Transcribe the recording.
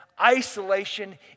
isolation